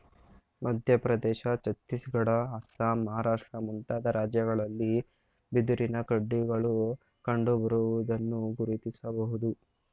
ಮಧ್ಯಪ್ರದೇಶ, ಛತ್ತೀಸ್ಗಡ, ಅಸ್ಸಾಂ, ಮಹಾರಾಷ್ಟ್ರ ಮುಂತಾದ ರಾಜ್ಯಗಳಲ್ಲಿ ಬಿದಿರಿನ ಕಾಡುಗಳು ಕಂಡುಬರುವುದನ್ನು ಗುರುತಿಸಬೋದು